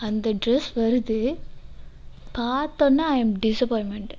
அந்த ட்ரெஸ் வருது பாத்தவொடனே ஐ அம் டிஸப்பாயின்மெண்ட்